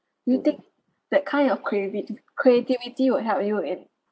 do you think that kind of creavit~ creativity will help you in